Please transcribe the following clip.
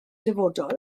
dyfodol